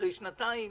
אחרי שנתיים,